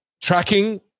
tracking